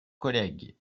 collègues